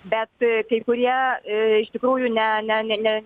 bet kai kurie iš tikrųjų ne ne ne ne